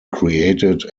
created